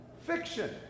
fiction